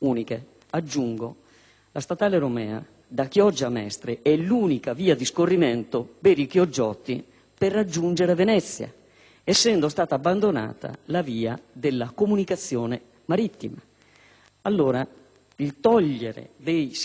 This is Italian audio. la statale Romea, da Chioggia a Mestre, è l'unica via di scorrimento per raggiungere Venezia, essendo stata abbandonata la via della comunicazione marittima. Eliminare dei sistemi di trasporto